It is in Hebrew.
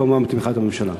כמובן בתמיכת הממשלה.